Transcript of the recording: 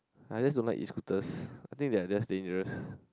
I just don't like Escooters I think they are just dangerous